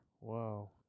Wow